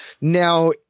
Now